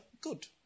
Good